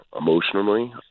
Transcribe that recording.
emotionally